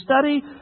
study